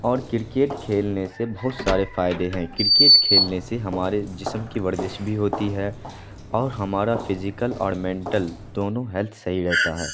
اور کرکٹ کھیلنے سے بہت سارے فائدے ہیں کرکٹ کھیلنے سے ہمارے جسم کی ورزش بھی ہوتی ہے اور ہمارا فیزیکل اور مینٹل دونوں ہیلتھ صحیح رہتا ہے